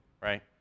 right